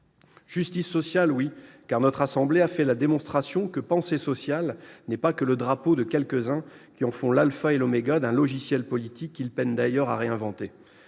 justice sociale, oui, car la Haute Assemblée a fait la démonstration que « penser social » n'est pas que le drapeau de quelques-uns, qui en font l'alpha et l'oméga d'un logiciel politique qu'ils peinent d'ailleurs à réinventer.